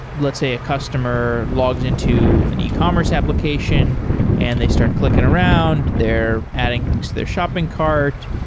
let's say a customer logs into an ecommerce application and they start clicking around. they're adding things to their shopping cart.